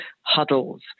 huddles